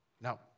now